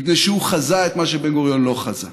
מפני שהוא חזה את מה שבן-גוריון לא חזה: